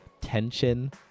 tension